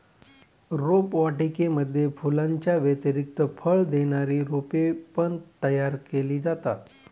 रोपवाटिकेमध्ये फुलांच्या व्यतिरिक्त फळ देणारी रोपे पण तयार केली जातात